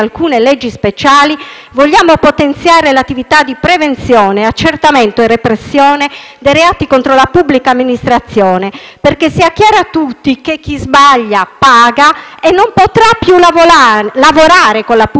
intendiamo potenziare l'attività di prevenzione, accertamento e repressione dei reati contro la pubblica amministrazione, perché sia chiaro a tutti che chi sbaglia paga e non potrà più lavorare con la pubblica amministrazione.